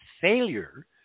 failure